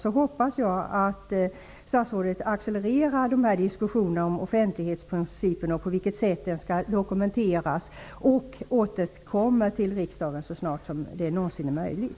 Jag hoppas att statsrådet därför accelererar diskussionerna om offentlighetsprincipen och på vilket sätt den skall dokumenteras och återkommer till riksdagen så snart det någonsin är möjligt.